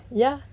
ya